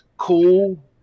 Cool